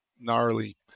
gnarly